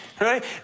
right